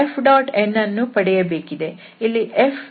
Fn ಅನ್ನೂ ಪಡೆಯಬೇಕಿದೆ